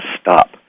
stop